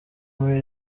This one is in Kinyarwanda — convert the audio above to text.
muri